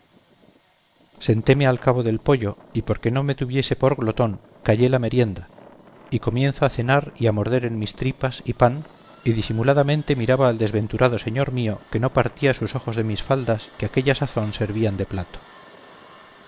sentéme al cabo del poyo y porque no me tuviese por glotón callé la merienda y comienzo a cenar y morder en mis tripas y pan y disimuladamente miraba al desventurado señor mío que no partía sus ojos de mis faldas que aquella sazón servían de plato